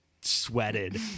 sweated